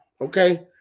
okay